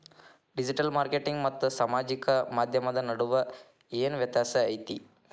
digital marketing ಮತ್ತ ಸಾಮಾಜಿಕ ಮಾಧ್ಯಮದ ನಡುವ ಏನ್ ವ್ಯತ್ಯಾಸ ಐತಿ